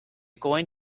going